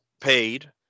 paid